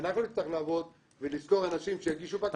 אם אנחנו נצטרך לעבוד ולשכור אנשים שיגישו בקשות